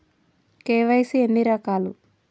KYC ఎన్ని రకాలు?